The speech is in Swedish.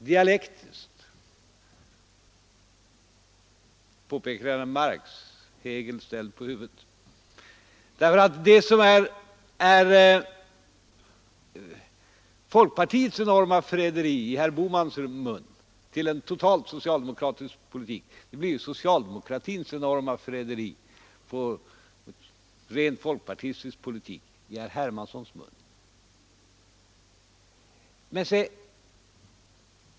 Det som i herr Bohmans mun är folkpartiets enorma förräderi till en socialdemokratisk politik blir i herr Hermanssons mun socialdemokraternas enorma förräderi till en folkpartistisk politik.